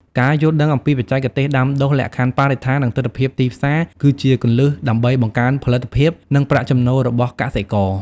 ការយល់ដឹងអំពីបច្ចេកទេសដាំដុះ លក្ខខណ្ឌបរិស្ថាន និងទិដ្ឋភាពទីផ្សារ គឺជាគន្លឹះដើម្បីបង្កើនផលិតភាព និងប្រាក់ចំណូលរបស់កសិករ។